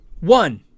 one